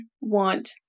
want